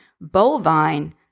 Bovine